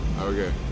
okay